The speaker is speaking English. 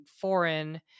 foreign